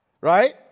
Right